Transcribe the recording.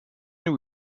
many